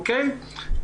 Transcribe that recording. אוקיי?